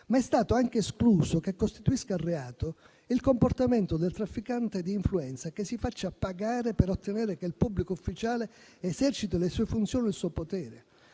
ma è stato anche escluso che costituisca reato il comportamento del trafficante di influenza che si faccia pagare per ottenere che il pubblico ufficiale eserciti le sue funzioni e il suo potere.